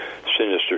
sinister